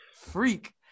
Freak